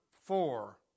four